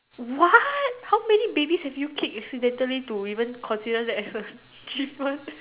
what how many babies have kicked accidentally to even consider that as achievement